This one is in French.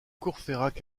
courfeyrac